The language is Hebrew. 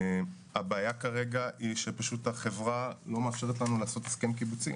הבעיה כרגע היא שהחברה לא מאפשרת לנו לעשות הסכם קיבוצי.